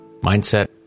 mindset